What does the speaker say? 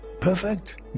perfect